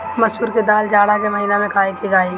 मसूर के दाल जाड़ा के महिना में खाए के चाही